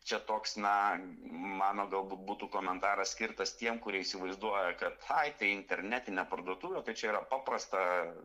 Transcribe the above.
čia toks na mano galbūt būtų komentaras skirtas tiem kurie įsivaizduoja kad ai tai internetinė parduotuvė tai čia yra paprasta